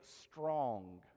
strong